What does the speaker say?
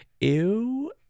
ew